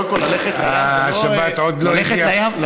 השבת עוד לא הגיעה.